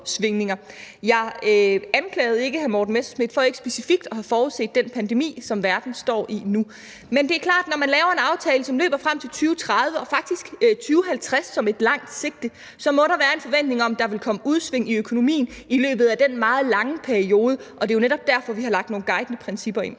konjunktursvingninger. Jeg anklagede ikke hr. Morten Messerschmidt for ikke specifikt at have forudset den pandemi, som verden står i nu. Men det er klart, at når man laver en aftale, som løber frem til 2030 og faktisk har 2050 som et langt sigte, må der være en forventning om, at der vil komme udsving i økonomien i løbet af den meget lange periode, og det er jo netop derfor, vi har lagt nogle guidende principper ind.